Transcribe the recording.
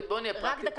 בואו נהיה פרקטיים.